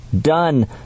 done